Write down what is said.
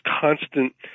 constant